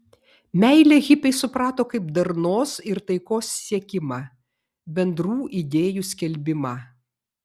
meilę hipiai suprato kaip darnos ir taikos siekimą bendrų idėjų skelbimą